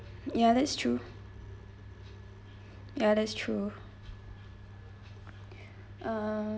ya that's true ya that's true um